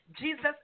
Jesus